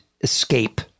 escape